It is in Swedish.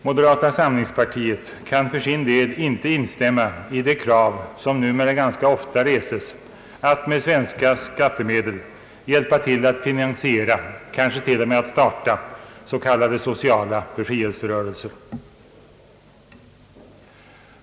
Moderata samlingspartiet kan för sin del inte instämma i det krav som numera ganska ofta reses att med svenska skattemedel hjälpa till med att finansiera, kanske till och med att starta s.k. sociala befrielserörelser.